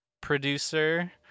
producer